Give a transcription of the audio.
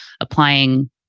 applying